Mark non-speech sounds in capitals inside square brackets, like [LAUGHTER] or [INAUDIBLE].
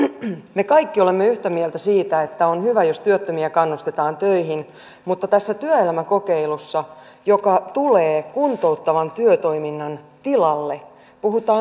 me kaikki olemme yhtä mieltä siitä että on hyvä jos työttömiä kannustetaan töihin mutta tässä työelämäkokeilussa joka tulee kuntouttavan työtoiminnan tilalle puhutaan [UNINTELLIGIBLE]